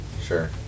Sure